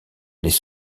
les